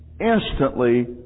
instantly